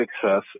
success